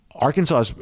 arkansas